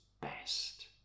best